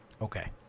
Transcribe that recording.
Okay